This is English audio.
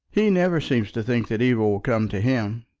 he never seems to think that evil will come to him.